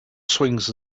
swings